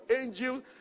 angels